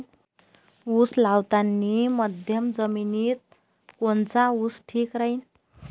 उस लावतानी मध्यम जमिनीत कोनचा ऊस ठीक राहीन?